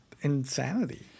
insanity